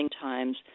times